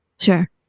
Sure